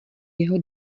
jeho